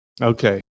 Okay